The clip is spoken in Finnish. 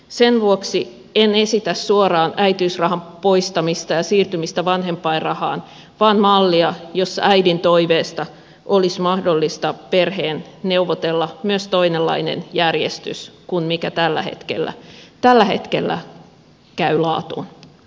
sen vuoksi en esitä suoraan äitiysrahan poistamista ja siirtymistä vanhempainrahaan vaan mallia jossa äidin toiveesta olisi mahdollista perheen neuvotella myös toisenlainen järjestys kuin mikä tällä hetkellä käy laatuun